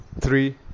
three